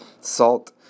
salt